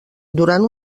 durant